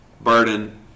burden